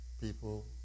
people